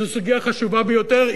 זו סוגיה חשובה ביותר,